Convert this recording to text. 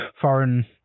foreign